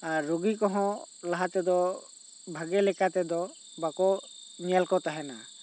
ᱟᱨ ᱨᱩᱜᱤ ᱠᱚᱦᱚᱸ ᱞᱟᱦᱟ ᱛᱮᱫᱚ ᱵᱷᱟᱜᱮ ᱞᱮᱠᱟᱛᱮ ᱫᱚ ᱵᱟᱠᱚ ᱧᱮᱞ ᱠᱚ ᱛᱟᱦᱮᱱᱟ